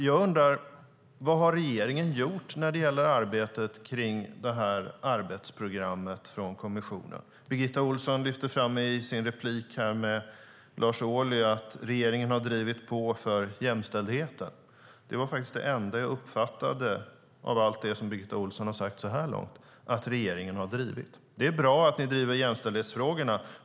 Jag undrar dock vad regeringen har gjort när det gäller arbetsprogrammet från kommissionen. Birgitta Ohlsson lyfte fram i sin replik med Lars Ohly att regeringen har drivit på för jämställdheten. Det var dock det enda jag uppfattade att regeringen har drivit i allt som Birgitta Ohlsson har sagt så här långt. Det är bra att ni driver jämställdhetsfrågorna.